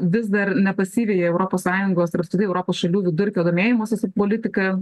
vis dar nepasiveja europos sąjungos tarp studijų europos šalių vidurkio domėjimosis politika